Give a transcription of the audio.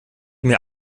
mir